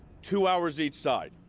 two hours each side.